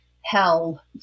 hell